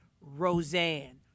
Roseanne